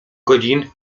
godzin